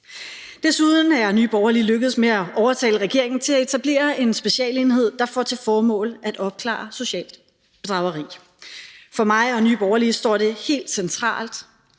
Desuden er Nye Borgerlige lykkedes med at overtale regeringen til at etablere en specialenhed, der får til formål at opklare socialt bedrageri. For mig og Nye Borgerlige står det helt centralt,